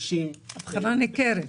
הבחנה ניכרת.